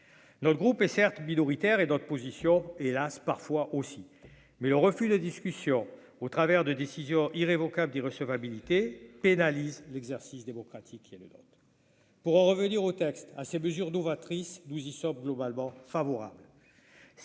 notre groupe est certes minoritaire et dans l'position hélas parfois aussi, mais le refus la discussion au travers de décision irrévocable d'irrecevabilité pénalise. L'exercice démocratique et le l'autre pour en revenir au texte, ces mesures novatrices douze ils sortent globalement favorable.